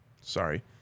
Sorry